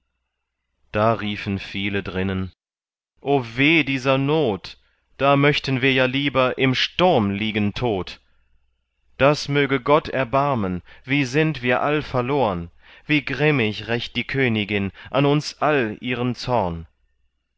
da riefen viele drinnen o weh dieser not da möchten wir ja lieber im sturm liegen tot das möge gott erbarmen wie sind wir all verlorn wie grimmig rächt die königin an uns all ihren zorn